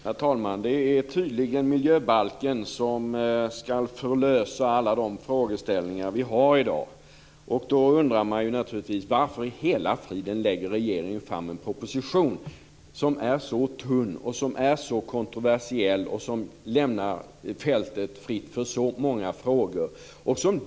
Herr talman! Det är tydligen miljöbalken som skall förlösa alla de frågeställningar som vi har i dag. Då undrar man ju naturligtvis varför i hela friden regeringen lägger fram en proposition som är så tunn, så kontroversiell och som lämnar fältet fritt för så många frågor.